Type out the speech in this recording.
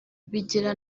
bigera